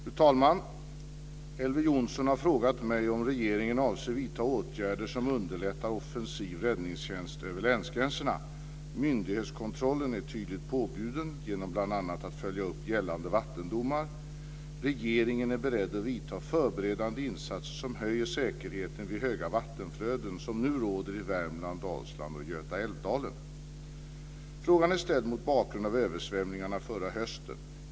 Fru talman! Elver Jonsson har frågat mig om regeringen avser att vidta åtgärder som underlättar offensiv räddningstjänst över länsgränserna, om myndighetskontrollen är tydligt påbjuden genom att bl.a. följa upp gällande vattendomar samt om regeringen är beredd att vidta förberedande insatser som höjer säkerheten vid höga vattenflöden som nu råder i Frågan är ställd mot bakgrund av översvämningarna förra hösten.